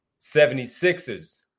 76ers